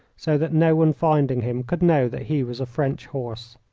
so that no one finding him could know that he was a french horse.